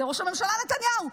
זה ראש הממשלה נתניהו.